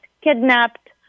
kidnapped